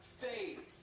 faith